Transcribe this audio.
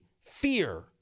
fear